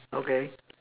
okay